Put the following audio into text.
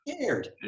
scared